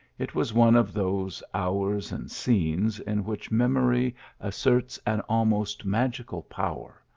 it was one of those hours and scenes in which memory asserts an almost magical power,